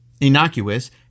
innocuous